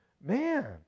Man